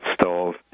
stove